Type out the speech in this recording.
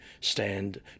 stand